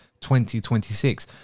2026